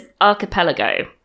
Archipelago